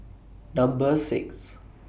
Number six